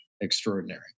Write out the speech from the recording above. extraordinary